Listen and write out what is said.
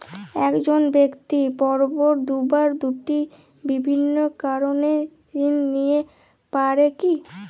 এক জন ব্যক্তি পরপর দুবার দুটি ভিন্ন কারণে ঋণ নিতে পারে কী?